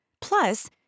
Plus